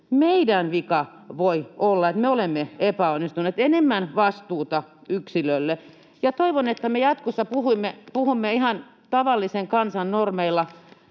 meidän vika voi olla, että me olemme epäonnistuneet. Enemmän vastuuta yksilölle. Ja toivon, että me jatkossa puhumme ihan tavallisen kansan normeilla